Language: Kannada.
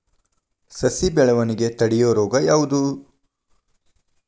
ಸಸಿ ಬೆಳವಣಿಗೆ ತಡೆಯೋ ರೋಗ ಯಾವುದು?